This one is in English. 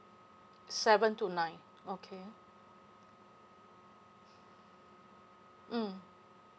seven to nine okay mm